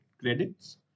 credits